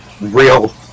Real